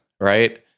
right